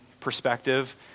perspective